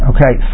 Okay